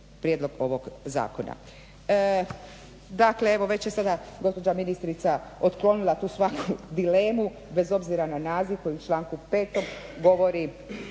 prijedlog ovog zakona.